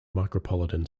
micropolitan